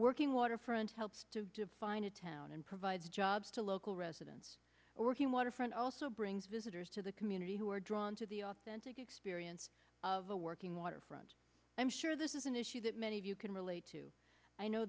working waterfronts helps to define a town and provides jobs to local residents working waterfront also brings visitors to the community who are drawn to the authentic experience of a working waterfront i'm sure this is an issue that many of you can relate to i know